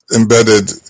embedded